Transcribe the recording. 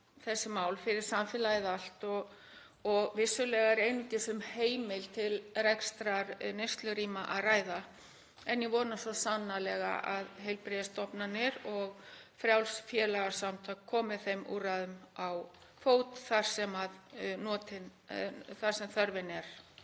fyrir samfélagið allt. Vissulega er einungis um heimild til rekstrar neyslurýma að ræða en ég vona svo sannarlega að heilbrigðisstofnanir og frjáls félagasamtök komi þeim úrræðum á fót þar sem þörfin er.